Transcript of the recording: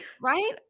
right